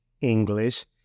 English